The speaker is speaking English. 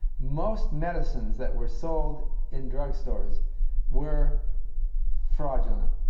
most medicines that were sold in drugstores were fraudulent.